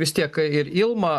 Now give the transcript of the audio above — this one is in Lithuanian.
vis tiek ir ilma